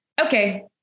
okay